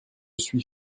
suis